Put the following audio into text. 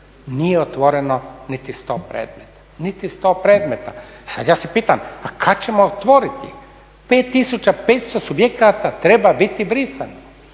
Nije otvoreno niti 100 predmeta. Sada ja se pitam, a kada ćemo otvoriti? 5 tisuća 500 subjekata treba biti brisano.